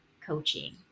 Coaching